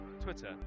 Twitter